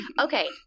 Okay